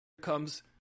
comes